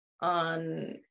on